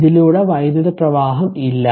ഇതിലൂടെ വൈദ്യുതപ്രവാഹം ഇല്ല